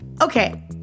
Okay